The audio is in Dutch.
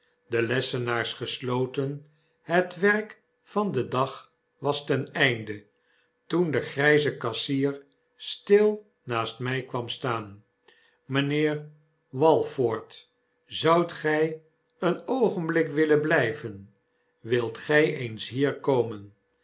de lessenaars gesloten het werk van den dag was ten einde toen de grjjze kassier stil naast mj kwam staan mpheer walford zoudt gtj een oogenblik willen blijven wilt gij eens hier komen